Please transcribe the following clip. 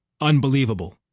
Unbelievable